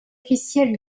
officielle